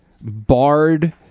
barred